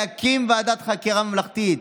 להקים ועדת חקירה ממלכתית,